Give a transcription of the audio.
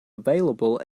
available